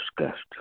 discussed